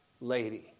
lady